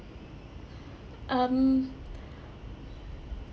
um